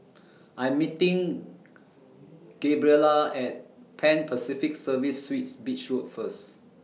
I'm meeting Gabriela At Pan Pacific Serviced Suites Beach Road First